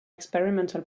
experimental